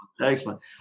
Excellent